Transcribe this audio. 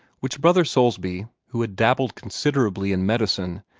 which brother soulsby, who had dabbled considerably in medicine,